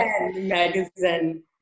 magazine